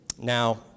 Now